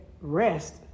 rest